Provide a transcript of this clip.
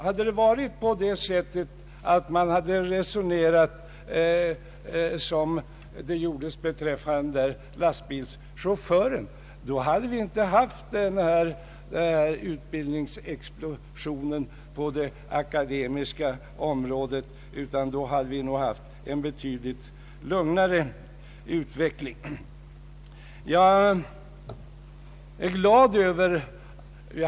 Hade det resonerats på samma sätt som beträffande lastbilschauffören så hade vi inte haft någon utbildningsexplosion på det akademiska området, utan då hade vi haft en betydligt lugnare utveckling.